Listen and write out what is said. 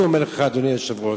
אני אומר לך, אדוני היושב-ראש,